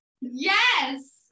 yes